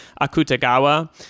Akutagawa